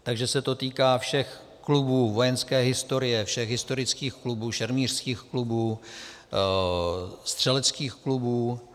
Takže se to týká všech klubů vojenské historie, všech historických klubů, šermířských klubů, střeleckých klubů.